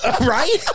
Right